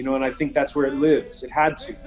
you know and i think that's where it lives, it had to.